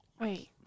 Wait